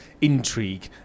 intrigue